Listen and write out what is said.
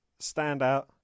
standout